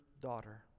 daughter